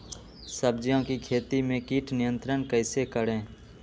सब्जियों की खेती में कीट नियंत्रण कैसे करें?